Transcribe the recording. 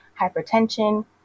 hypertension